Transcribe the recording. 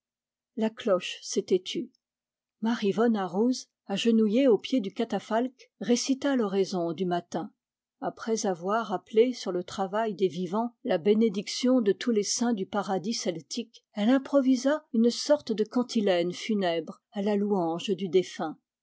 la cloche s'était tue mar yvona rouz agenouillée au pied du catafalque récita l'oraison du matin après avoir appelé sur le travail des vivants la bénédiction de tous les saints du paradis celtique elle improvisa une sorte de cantilène funèbre à la louange du défunt